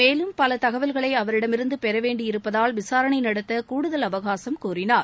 மேலும் பல தகவல்களை அவரிடமிருந்து பெற வேண்டியிருப்பதால் விசாரணை நடத்த கூடுதல் அவகாசம் கோரினார்